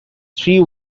three